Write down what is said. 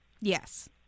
yes